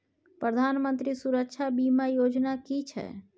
प्रधानमंत्री सुरक्षा बीमा योजना कि छिए?